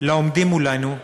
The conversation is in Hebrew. לעומדים מולנו,